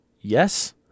yes